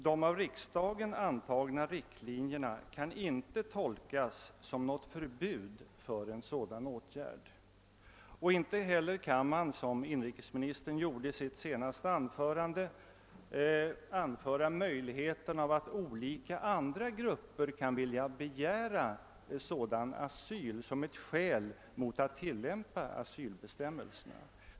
De av riksdagen antagna riktlinjerna kan inte tolkas som något förbud mot en sådan åtgärd. Inte heller kan man, såsom inrikesministern gjorde i sitt senaste inlägg, anföra möjligheten av att andra grupper av olika slag kan vilja begära sådan asyl såsom ett skäl mot att tillämpa asylbestämmelserna.